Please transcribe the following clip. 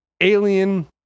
alien